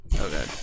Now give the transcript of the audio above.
Okay